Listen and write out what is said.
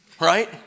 Right